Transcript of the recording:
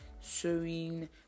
sewing